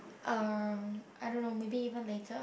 uh I don't know maybe even later